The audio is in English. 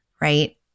right